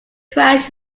crash